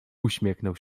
uśmiechnął